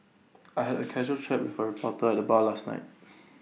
I had A casual chat for A reporter at the bar last night